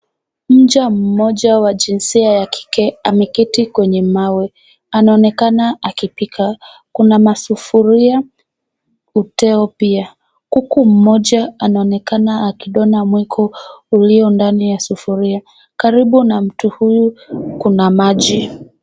Mja mmoja wa jinsia ya kike ameketi kwenye mawe. Anaonekana akipika. Kuna masufuria uteo pia. Kuku mmoja anaonekana akidona mwiko ulio ndani ya sufuria. Karibu na mtu huyu kuna maji.